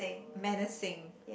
menacing